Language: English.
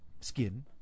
skin